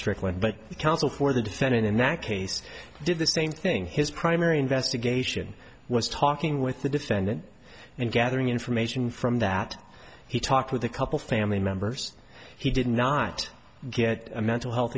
the counsel for the defendant in that case did the same thing his primary investigation was talking with the defendant and gathering information from that he talked with a couple family members he did not get a mental health